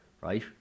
right